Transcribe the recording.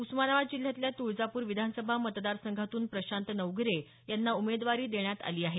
उस्मानाबाद जिल्ह्यातल्या तुळजापूर विधानसभा मतदारसंघातून प्रशांत नवगिरे यांना उमेदवारी देण्यात आली आहे